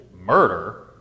murder